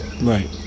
right